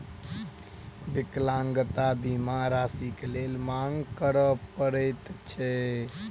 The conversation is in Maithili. विकलांगता बीमा राशिक लेल मांग करय पड़ैत छै